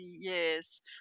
years